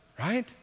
Right